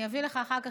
אני אביא לך אחר כך,